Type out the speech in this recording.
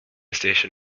station